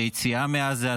זה יציאה מעזה,